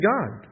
God